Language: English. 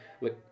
look